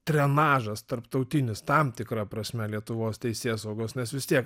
trenažas tarptautinis tam tikra prasme lietuvos teisėsaugos nes vis tiek